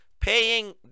paying